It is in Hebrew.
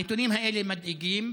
הנתונים האלה מדאיגים,